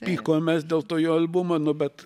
pykomės dėl to jo albumo nu bet